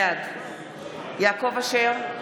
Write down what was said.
בעד יעקב אשר,